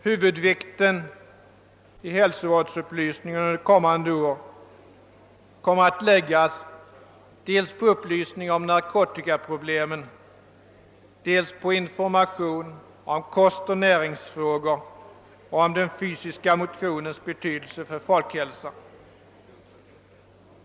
Huvudvikten i hälsovårdsupplysningen under kommande år kommer att läggas dels på upplysning om narkotikaproblemen, dels på information om kostoch näringsfrågor och upplysning om den fysiska motionens betydelse för folkhälsan.